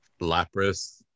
Lapras